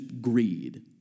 greed